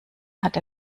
hat